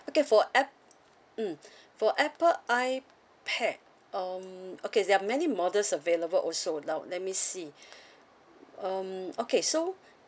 okay for app~ mm for apple ipad um okay there are many models available also now let me see um okay so